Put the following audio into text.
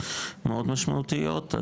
מאוד משמעותיות,